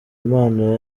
impano